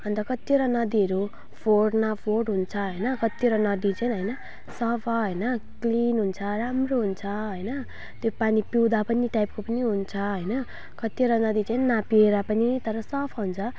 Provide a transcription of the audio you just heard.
अन्त कतिवटा नदीहरू फोहोर न फोहोर हुन्छ होइन कतिवटा नदी चाहिँ होइन सफा होइन क्लिन हुन्छ राम्रो हुन्छ होइन त्यो पानी पिउँदै पनि टाइपको पनि हुन्छ होइन कतिवटा नदी चाहिँ नपिएर पनि तर सफा हुन्छ